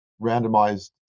randomized